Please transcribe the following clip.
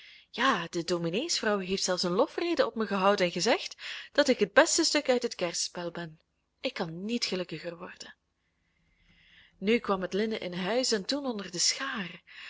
ja de domineesvrouw heeft zelfs een lofrede op mij gehouden en gezegd dat ik het beste stuk uit het kerspel ben ik kan niet gelukkiger worden nu kwam het linnen in huis en toen onder de schaar